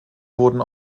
wurden